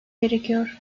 gerekiyor